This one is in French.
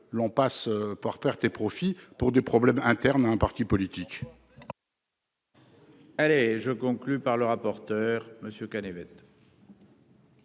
cela passera par pertes et profits pour des problèmes internes à un parti politique